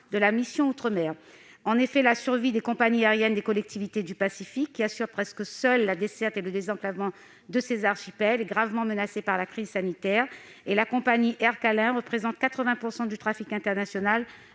de vie outre-mer ». La survie des compagnies aériennes des collectivités du Pacifique, qui assurent presque seules la desserte et le désenclavement de ses archipels, est gravement menacée par la crise sanitaire. La compagnie Aircalin représente 80 % du trafic international